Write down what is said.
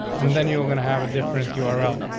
and then you're gonna have a different you are out.